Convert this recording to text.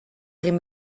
egin